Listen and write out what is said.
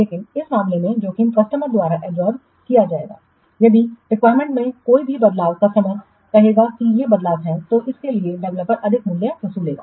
लेकिन इस मामले में जोखिम कस्टमर द्वारा अवशोषित किया जाएगा यदि रिक्वायरमेंट्स में कोई भी बदलाव कस्टमर कहेगा कि ये बदलाव हैं तो इसके लिए डेवलपर अतिरिक्त कीमत वसूल करेगा